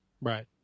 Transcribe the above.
right